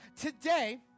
today